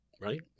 right